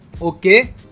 Okay